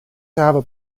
going